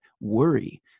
worry